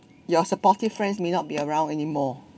your supportive friends may not be around anymore